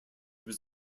was